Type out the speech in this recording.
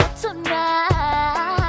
tonight